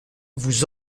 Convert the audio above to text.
vous